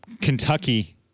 Kentucky